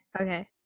Okay